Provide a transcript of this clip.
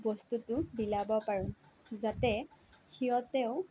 বস্তুটো বিলাব পাৰোঁ যাতে সিহঁতেও